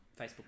Facebook